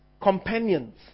companions